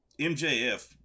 MJF